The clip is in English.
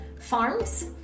farms